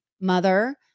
mother